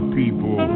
people